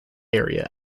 area